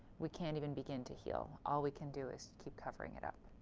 we can't even begin to heal. all we can do is keep covering it up.